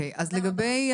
תודה רבה.